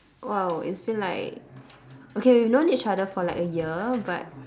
!wow! it's been like okay we've known each other for like a year but